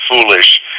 Foolish